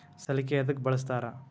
ಸಲಿಕೆ ಯದಕ್ ಬಳಸ್ತಾರ?